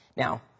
Now